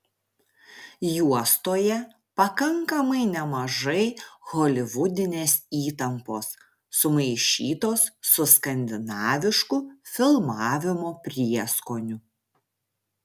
juostoje pakankamai nemažai holivudinės įtampos sumaišytos su skandinavišku filmavimo prieskoniu